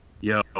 Yo